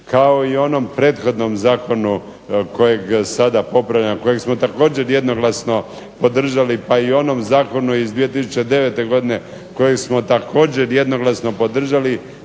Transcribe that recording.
kao i u onom prethodnom zakonu kojeg sada popravljamo kojeg smo također jednoglasno podržali pa i onom zakonu iz 2009. godine koji smo također jednoglasno podržali